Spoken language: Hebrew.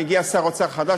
מגיע שר אוצר חדש,